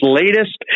latest